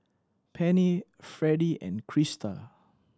Penni Freddy and Krista